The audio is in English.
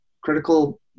critical